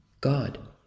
God